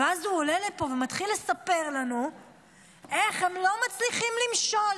ואז הוא עולה לפה ומתחיל לספר לנו איך הם לא מצליחים למשול,